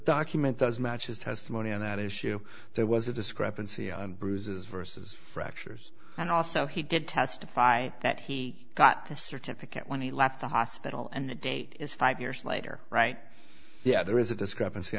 document does match his testimony on that issue there was a discrepancy on bruises versus fractures and also he did testify that he got the certificate when he left the hospital and the date is five years later right yeah there is a discrepancy